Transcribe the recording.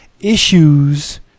issues